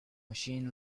machine